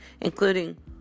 including